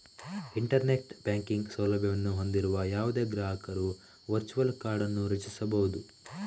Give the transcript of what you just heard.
internet banking ಸೌಲಭ್ಯವನ್ನು ಹೊಂದಿರುವ ಯಾವುದೇ ಗ್ರಾಹಕರು ವರ್ಚುವಲ್ ಕಾರ್ಡ್ ಅನ್ನು ರಚಿಸಬಹುದು